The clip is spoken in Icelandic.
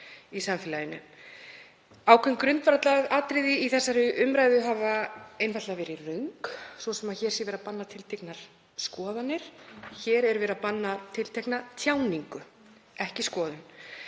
Ákveðin grundvallaratriði í þessari umræðu hafa einfaldlega verið röng, svo sem að hér sé verið að banna tilteknar skoðanir. Hér er verið að banna tiltekna tjáningu, ekki skoðun.